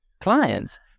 clients